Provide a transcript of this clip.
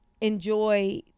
enjoy